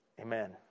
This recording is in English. Amen